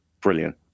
brilliant